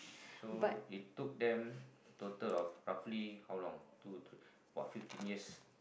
so it took them a total of roughly how long two or three !wah! fifteen years